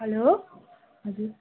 hello हजुर